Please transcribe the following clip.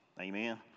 Amen